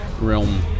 realm